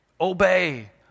obey